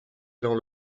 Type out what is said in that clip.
dans